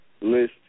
list